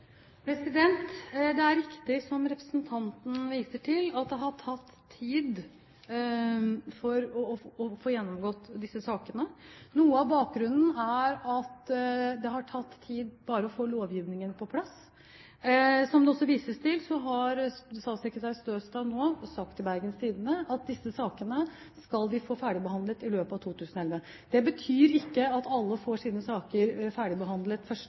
Det er riktig, som representanten viser til, at det har tatt tid å få gjennomgått disse sakene. Noe av bakgrunnen er at det har tatt tid bare å få lovgivningen på plass. Som det også vises til, har statssekretær Støstad nå sagt til Bergens Tidende at disse sakene skal vi få ferdigbehandlet i løpet av 2011. Det betyr ikke at alle får sine saker ferdigbehandlet